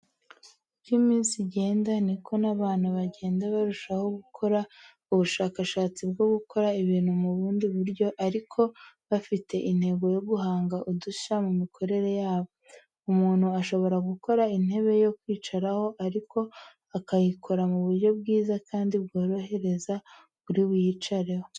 Uko iminsi igenda niko n'abantu bagenda barushaho gukora ubushakashatsi bwo gukora ibintu mu bundi buryo ariko bafite intego yo guhanga udushya mu mikorere yabo. Umuntu ashobora gukora intebe yo kwicaraho ariko akayikora mu buryo bwiza kandi bworohereza uri buyicareho.